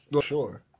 Sure